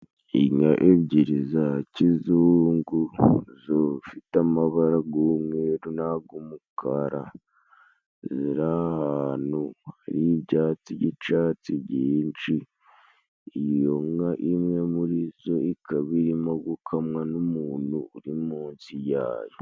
Inka ebyiri za kizungu zofite amabara g'umweru n'ag'umukara, ziri ahantu hari ibyatsi by'icatsi byinshi, iyo nka imwe muri zo ikaba irimo gukamwa n'umuntu uri mu nsi yayo.